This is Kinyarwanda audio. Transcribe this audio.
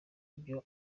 ivyo